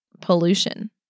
pollution